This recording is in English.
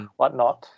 whatnot